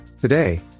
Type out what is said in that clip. Today